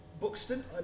Buxton